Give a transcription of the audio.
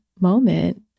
moment